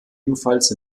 ebenfalls